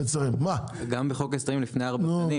גם בחוק ההסדרים לפני ארבע שנים,